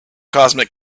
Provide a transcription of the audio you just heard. cosmic